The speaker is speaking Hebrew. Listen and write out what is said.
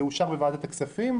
זה אושר בוועדת הכספים.